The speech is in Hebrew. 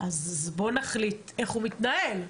אז בוא נחליט איך הוא מתנהל.